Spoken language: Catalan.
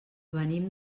venim